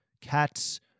cats